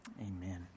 Amen